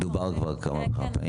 דובר כבר כמה וכמה פעמים.